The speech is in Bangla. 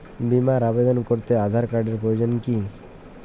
বিমার আবেদন করতে আধার কার্ডের প্রয়োজন কি?